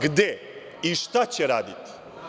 Gde i šta će raditi?